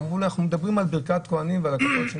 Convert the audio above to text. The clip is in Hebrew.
אמרו לי שמדברים על ברכת כוהנים ועל ההקפות.